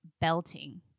belting